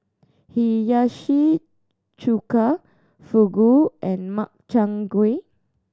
Hiyashi Chuka Fugu and Makchang Gui